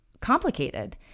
complicated